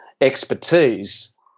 expertise